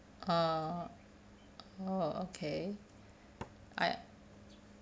orh oh okay I